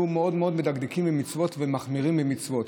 מאוד מאוד מדקדקים במצוות ומחמירים במצוות.